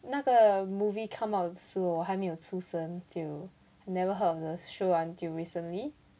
那个 movie come out 的时候我还没有出生就 I never heard of the show until recently